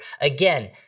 Again